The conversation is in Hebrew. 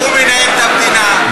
הוא מנהל את המדינה,